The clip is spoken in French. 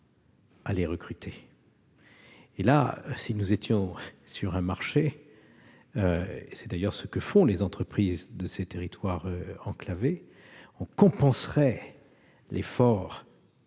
à recruter. Si nous étions sur un marché- c'est d'ailleurs ce que font les entreprises de ces territoires enclavés -, nous pourrions compenser l'effort